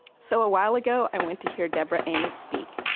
so a while ago, i went to hear deborah amos speak.